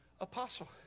apostle